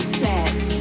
set